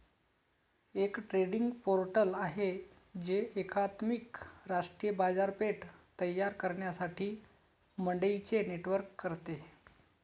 एक trading portal आहे जे एकात्मिक राष्ट्रीय बाजारपेठ तयार करण्यासाठी मंडईंचे नेटवर्क करते